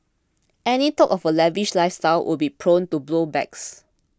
any talk of her lavish lifestyle would be prone to blow backs